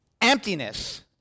emptiness